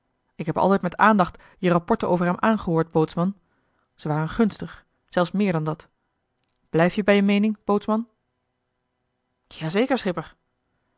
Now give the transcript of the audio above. ik heb altijd met aandacht je rapporten over hem aangehoord bootsman ze waren gunstig zelfs meer dan dat blijf je bij je meening bootsman ja zeker schipper